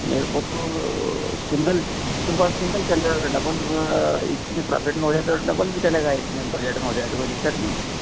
मेरे को तो सिंगल सिंगल सिंगल चल जाएगा डबल इतने प्रॉफिट में हो रहा है तो डबल भी चलेगा इतने बजट में हो जाए तो कोई दिक़्क़त नहीं है